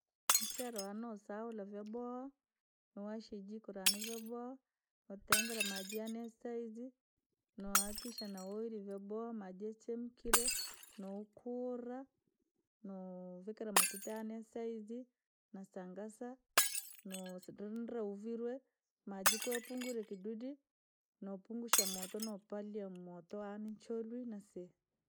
Muchelere waane noosaula vyaboowa, noowasha ijiko rane vyaboha, nootengere maji yaae yasaivi, nohakikisha nauhili vyaboha maji yachemkire, nookula noovikira makuta yaane yasaizi, na sangasa, noosidindire uvirwe maji koo yapunguire kidudi, noopungusha moto, noopalia moto wane churi nasi.